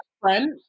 friend